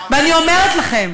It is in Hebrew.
ואני אומרת לכם